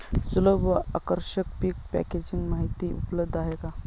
सुलभ व आकर्षक पीक पॅकेजिंग माहिती उपलब्ध आहे का?